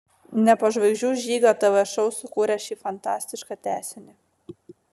ne po žvaigždžių žygio tv šou sukūrė šį fanatišką tęsinį